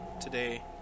today